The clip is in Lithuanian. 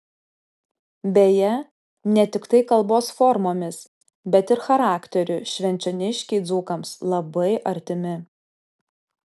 beje ne tiktai kalbos formomis bet ir charakteriu švenčioniškiai dzūkams labai artimi